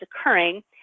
occurring